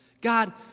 God